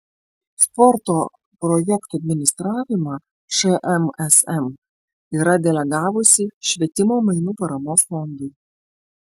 sporto projektų administravimą šmsm yra delegavusi švietimo mainų paramos fondui